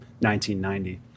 1990